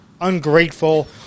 ungrateful